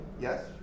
Yes